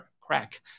crack